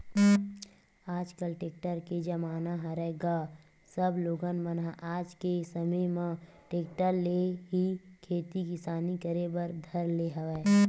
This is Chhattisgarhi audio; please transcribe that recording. आजकल टेक्टर के जमाना हरय गा सब लोगन मन ह आज के समे म टेक्टर ले ही खेती किसानी करे बर धर ले हवय